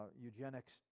eugenics